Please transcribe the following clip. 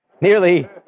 nearly